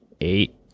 eight